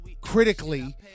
critically